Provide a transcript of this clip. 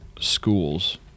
schools